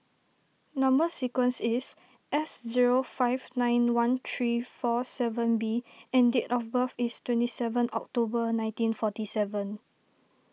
Number Sequence is S zero five nine one three four seven B and date of birth is twenty seven October nineteen forty seven